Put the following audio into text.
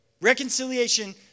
Reconciliation